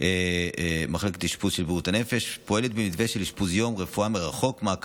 לפעמים נראה לי שאני רק בסרט שעוד מעט